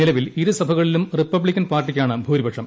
നിലവിൽ ഇരു സഭകളിലും റിപ്പബ്ലിക്കൻ പാർട്ടിക്കാണ് ഭൂരിപക്ഷം